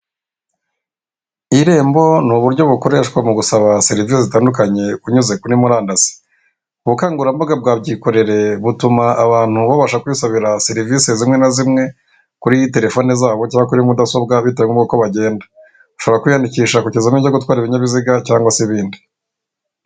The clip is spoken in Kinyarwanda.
Irembo ni uburyo bukoreshwa mu gusaba serivisi zitandukanye kunyuze kuri murandasi ubukangurambaga bwa byikorereye butuma abantu babasha kwisabira serivisi zimwe na zimwe kuri iyi terefone zabo cyangwa kuri mudasobwa bitewe'uko bagenda ushobora kwiyandikisha kugezam cyo gutwara ibinyabiziga cyangwa se ibindi.